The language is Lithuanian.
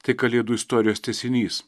tai kalėdų istorijos tęsinys